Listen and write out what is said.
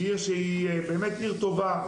עיר שהיא באמת עיר טובה,